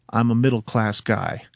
i'm a middle class guy.